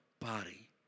body